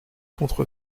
contre